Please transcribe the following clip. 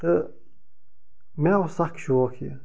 تہٕ مےٚ اوس سَخ شوق یہِ